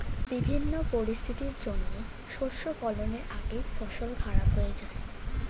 বিভিন্ন পরিস্থিতির জন্যে শস্য ফলনের আগেই ফসল খারাপ হয়ে যায়